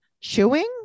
chewing